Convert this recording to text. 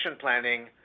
planning